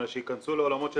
אלא שייכנסו לעולמות של